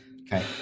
Okay